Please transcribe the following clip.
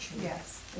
Yes